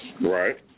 Right